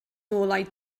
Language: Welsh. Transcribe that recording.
ngolau